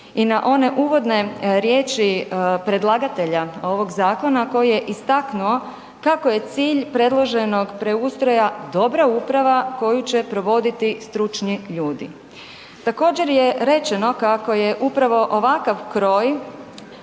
i na one uvodne riječi predlagatelje ovog zakona koji je istaknuo kako je cilj predloženog preustroja dobra uprava koju će provoditi stručni ljudi. Također je rečeno kako je upravo ovakav kroj